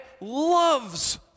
loves